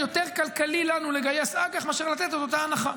יותר כלכלי לנו לגייס אג"ח מאשר לתת את אותה הנחה.